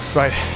right